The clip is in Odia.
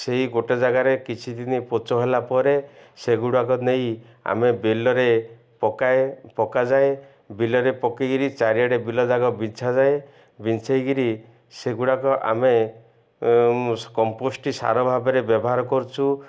ସେଇ ଗୋଟେ ଜାଗାରେ କିଛି ଦିନ ପୋଚ ହେଲା ପରେ ସେଗୁଡ଼ାକ ନେଇ ଆମେ ବିଲରେ ପକାଏ ପକାଯାଏ ବିଲରେ ପକେଇକିରି ଚାରିଆଡ଼େ ବିଲ ଯାକ ବିଛାଯାଏ ବିଞ୍ଚେଇକିରି ସେଗୁଡ଼ାକ ଆମେ କମ୍ପୋଷ୍ଟ୍ ସାର ଭାବରେ ବ୍ୟବହାର କରୁଛୁ